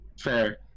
Fair